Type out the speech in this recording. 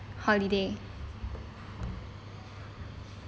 holiday